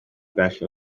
bell